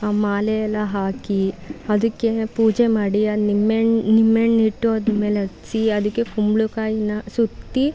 ಆ ಮಾಲೆ ಎಲ್ಲ ಹಾಕಿ ಅದಕ್ಕೆ ಪೂಜೆ ಮಾಡಿ ಆ ನಿಂಬೆಹಣ್ ನಿಂಬೆಹಣ್ಣು ಇಟ್ಟು ಅದರ ಮೇಲೆ ಹತ್ತಿಸಿ ಅದಕ್ಕೆ ಕುಂಬಳಕಾಯಿಯಾ ಸುತ್ತಿ